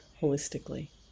holistically